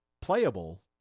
playable